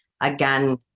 again